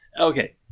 Okay